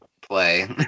play